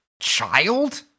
child